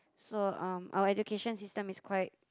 so um our education system is quite